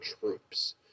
troops